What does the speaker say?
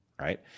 right